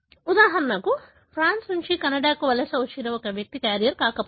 ఉదాహరణకు ఫ్రాన్స్ నుండి కెనడాకు వలస వచ్చిన వ్యక్తి క్యారియర్ కాకపోవచ్చు